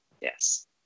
Yes